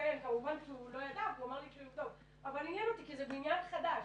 כמובן שהוא לא ידע והוא אמר שהוא יבדוק אבל עניין אותי כי זה בניין חדש.